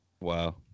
Wow